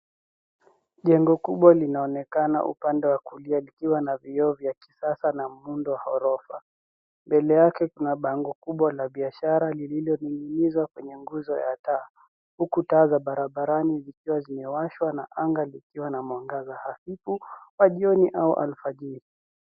Jengo kubwa linaonekana upande wa kulia likiwa na milango ya kisasa na paa la gorofa. Mbele yake kuna bango kubwa la kibiashara lililoandikwa kwa maneno yenye rangi angavu. Kuangalia barabarani, kuna taa na ishara zinazoangaza, huku mwanga ukiangaza vizuri mchana na usiku